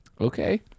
okay